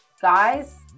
guys